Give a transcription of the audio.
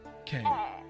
Okay